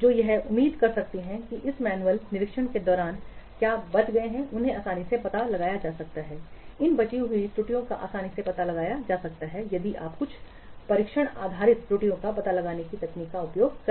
जो यह उम्मीद कर सकती हैं कि इस मैनुअल निरीक्षण के दौरान क्या बच गए उन्हें आसानी से पता लगाया जा सकता है इन बची हुई त्रुटियों का आसानी से पता लगाया जा सकता है यदि आप कुछ परीक्षण आधारित त्रुटि का पता लगाने की तकनीक का उपयोग करेंगे